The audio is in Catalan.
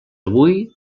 avui